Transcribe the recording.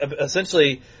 essentially